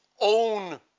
own